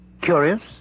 curious